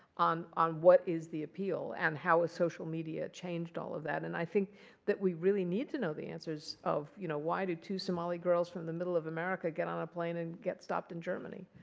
on on what is the appeal and how has ah social media changed all of that. and i think that we really need to know the answers of you know why do two somali girls from the middle of america get on a plane and get stopped in germany?